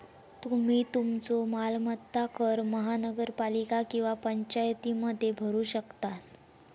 तुम्ही तुमचो मालमत्ता कर महानगरपालिका किंवा पंचायतीमध्ये भरू शकतास